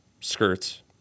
skirts